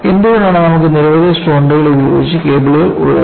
എന്തുകൊണ്ടാണ് നമുക്ക് നിരവധി സ്ട്രോണ്ടുകൾ ഉപയോഗിച്ച് കേബിളുകൾ ഉള്ളത്